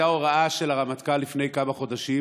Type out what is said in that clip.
הייתה הוראה של הרמטכ"ל לפני כמה חודשים